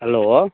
hello